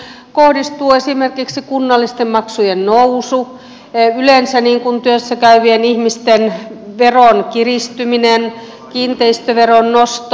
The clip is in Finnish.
niihin kohdistuu esimerkiksi kunnallisten maksujen nousu työssä käyvien ihmisten veron kiristyminen yleensä kiinteistöveron nosto